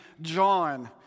John